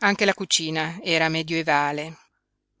anche la cucina era medioevale